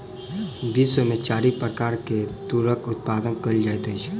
विश्व में चारि प्रकार के तूरक उत्पादन कयल जाइत अछि